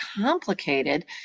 complicated